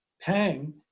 Pang